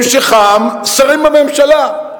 המשכם שרים בממשלה.